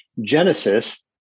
genesis